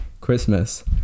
christmas